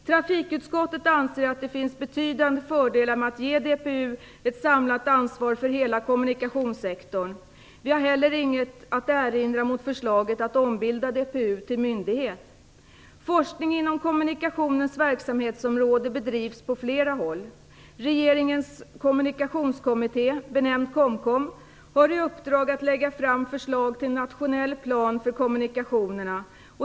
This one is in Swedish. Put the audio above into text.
Trafikutskottet anser att det finns betydande fördelar med att ge DPU ett samlat ansvar för hela kommunikationssektorn. Vi har heller inget att erinra mot förslaget att ombilda DPU till myndighet. Forskning inom kommunikationens verksamhetsområde bedrivs på flera håll. Regeringens kommunikationskommitté, benämnd kom-kom, har i uppdrag att lägga fram förslag till en nationell plan för kommunikationerna.